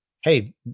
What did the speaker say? Hey